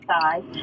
side